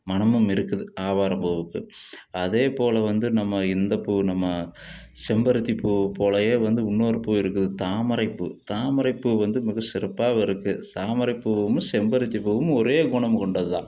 மனமும் இருக்குது ஆவாரம்பூவுக்கு அதேப் போல் வந்து நம்ம இந்த பூ நம்ம செம்பருத்திப்பூ போலையே வந்து இன்னொரு பூ இருக்குது தாமரைப்பூ தாமரைப்பூ வந்து மிக சிறப்பாகவும் இருக்குது தாமரைப்பூவும் செம்பருத்தி பூவும் ஒரே குணம் கொண்டது தான்